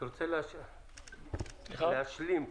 אתה רוצה להשלים קצת?